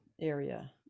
area